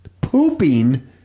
pooping